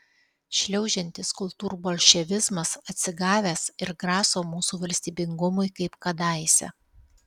šliaužiantis kultūrbolševizmas atsigavęs ir graso mūsų valstybingumui kaip kadaise